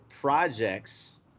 projects